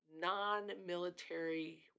non-military